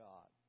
God